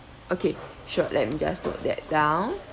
okay sure let me just note that down